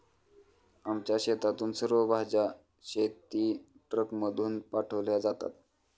आमच्या शेतातून सर्व भाज्या शेतीट्रकमधून पाठवल्या जातात